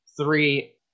three